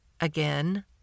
Again